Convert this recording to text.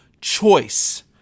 choice